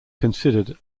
considered